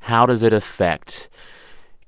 how does it affect